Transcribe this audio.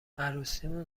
عروسیمون